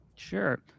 Sure